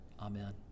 Amen